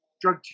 drug